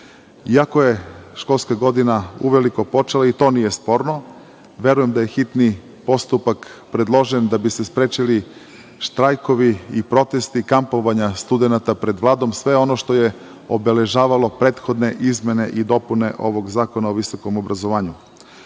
Iako je školska godina uveliko počela, i to nije sporno, verujem da je hitniji postupak predložen da bi se sprečili štrajkovi i protesti, kampovanja studenata pred Vladom, sve ono što je obeležavalo prethodne izmene i dopune ovog Zakona o visokom obrazovanju. Čitavu